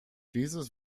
dieses